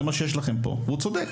זה מה שיש לכם פה והוא צודק,